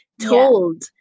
told